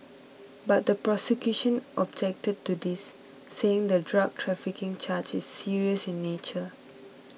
but the prosecution objected to this saying the drug trafficking charge is serious in nature